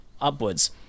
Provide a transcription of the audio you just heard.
upwards